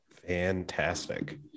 fantastic